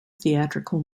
theatrical